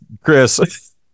chris